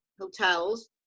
hotels